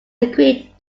agreed